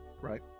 right